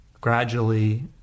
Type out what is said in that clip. gradually